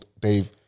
Dave